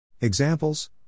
Examples